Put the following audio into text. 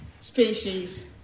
species